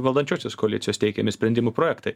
valdančiosios koalicijos teikiami sprendimų projektai